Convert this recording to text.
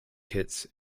kitts